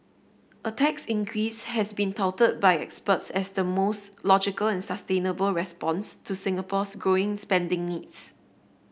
a tax increase has been touted by experts as the most logical and sustainable response to Singapore's growing spending needs